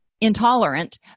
intolerant